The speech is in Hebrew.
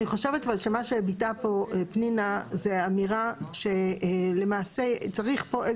אני חושבת אבל שמה שביטאה פה פנינה זה אמירה שלמעשה צריך פה,